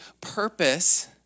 purpose